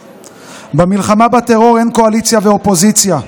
במלחמה בטרור אין קואליציה ואופוזיציה.